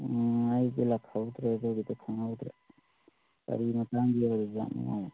ꯎꯝ ꯑꯩꯗꯤ ꯂꯥꯛꯍꯧꯗ꯭ꯔꯦ ꯑꯗꯨꯕꯨꯗꯤ ꯈꯪꯍꯧꯗ꯭ꯔꯦ ꯀꯔꯤ ꯃꯇꯥꯡꯒꯤ ꯑꯣꯏꯕꯖꯥꯠꯅꯣ ꯃꯥꯏꯗꯣ